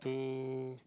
to